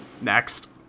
Next